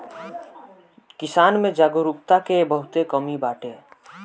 किसान में जागरूकता के बहुते कमी बाटे